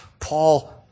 Paul